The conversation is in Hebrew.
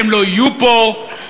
הם לא יהיו פה,